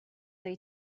they